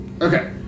Okay